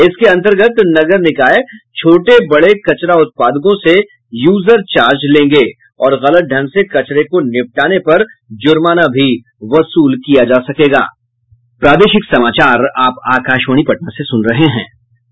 इसके अंतर्गत नगर निकाय छोटे बड़े कचरा उत्पादकों से यूजर चार्ज लेंगे और गलत ढंग से कचरे को निपटाने पर जुर्माना भी वसूल सकेंगे